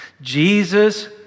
Jesus